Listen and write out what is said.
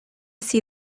see